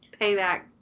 payback